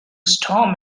storm